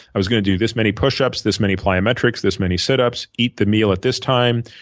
i was going to do this many pushups, this many plyometrics, this many sit-ups, eat the meal at this time,